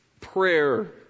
prayer